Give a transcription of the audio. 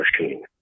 machine